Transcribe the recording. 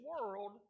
world